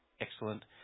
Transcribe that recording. excellent